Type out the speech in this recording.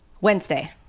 Wednesday